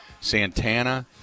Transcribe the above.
Santana